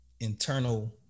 internal